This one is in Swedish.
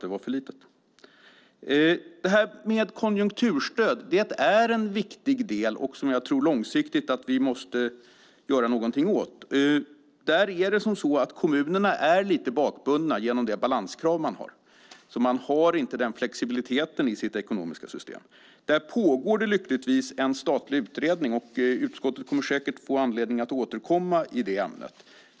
Det här med konjunkturstöd är en viktig del och som jag tror att vi långsiktigt måste göra någonting åt. Kommunerna är lite bakbundna genom de balanskrav de har, så de har inte den flexibiliteten i sitt ekonomiska system. Det pågår lyckligtvis en statlig utredning, och utskottet kommer säkert att få anledning att återkomma i ämnet.